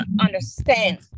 understand